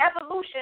evolution